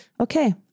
okay